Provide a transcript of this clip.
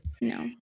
no